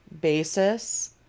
basis